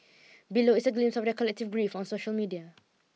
below is a glimpse of their collective grief on social media